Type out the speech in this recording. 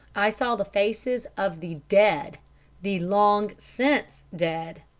i saw the faces of the dead the long since dead.